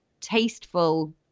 tasteful